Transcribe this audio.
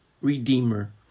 Redeemer